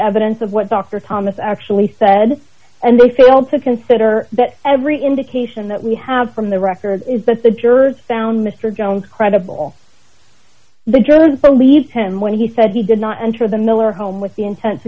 evidence of what dr thomas actually said and they failed to consider that every indication that we have from the record is that the jurors found mr jones credible the joseph believed him when he said he did not enter the miller home with the intent to